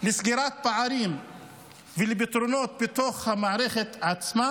לסגירת פערים ולפתרונות בתוך המערכת עצמה,